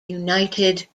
united